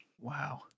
Wow